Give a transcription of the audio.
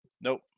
Nope